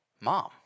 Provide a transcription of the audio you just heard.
mom